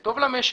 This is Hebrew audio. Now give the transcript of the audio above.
אין בלי סיכון.